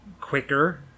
quicker